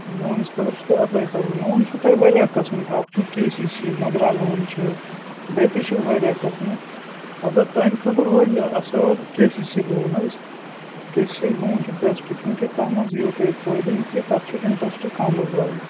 لونَس خٲطرٕ چھُو تۄہہِ ایٚپلے کَرُن لون چھُ تۄہہِ واریاہ قٕسمٕکۍ اَکھ چھُ کے سی سی مَدرا لون چھُ بیٚیہِ تہِ چھِ واریاہ قٕسمٕکۍ البتہ تُہٕنٛدِ خٲطرٕ روزِ اَصۭل کے سی سی لون حظ کے سی سی لون چھُ بیٚسٹ کیونکہِ تَتھ منٛز یِیو تۄہہِ فٲیدٕ یہِ کہِ تَتھ چھُ اِنٹرَسٹہٕ کَم حظ لَگان